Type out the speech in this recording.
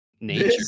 nature